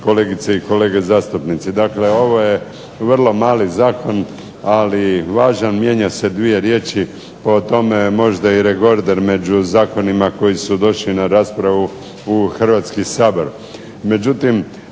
kolegice i kolege zastupnici. Dakle, ovo je vrlo mali zakon, ali važan. Mijenja se dvije riječi, po tome je možda i rekorder među zakonima koji su došli na raspravu u Hrvatski sabor.